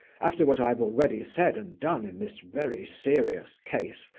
after what i have already said and done in this very serious case,